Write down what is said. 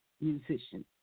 Musician